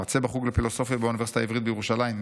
מרצה בחוג לפילוסופיה באוניברסיטה העברית בירושלים,